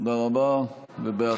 תודה רבה ובהצלחה,